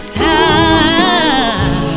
time